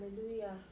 Hallelujah